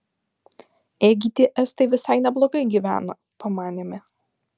ėgi tie estai visai neblogai gyvena pamanėme